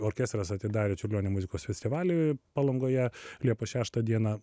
orkestras atidarė čiurlionio muzikos festivalį palangoje liepos šeštą dieną